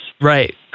Right